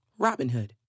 Robinhood